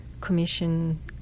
commission